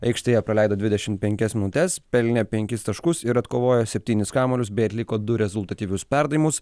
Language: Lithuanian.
aikštėje praleido dvidešim penkias minutes pelnė penkis taškus ir atkovojo septynis kamuolius bei atliko du rezultatyvius perdavimus